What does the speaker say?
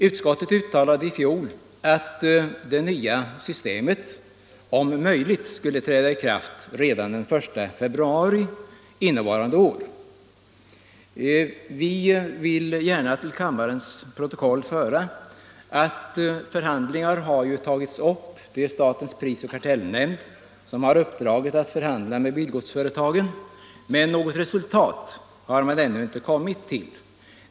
Utskottet uttalade i fjol att det nya systemet om möjligt skulle träda i kraft redan den 1 februari innevarande år. Jag vill gärna till kammarens protokoll få antecknat att förhandlingar har tagits upp — det är statens prisoch kartellnämnd som har uppdraget att förhandla med bilgodsföretagen — men något resultat har man ännu inte uppnått.